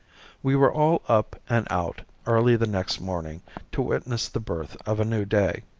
we were all up and out early the next morning to witness the birth of a new day.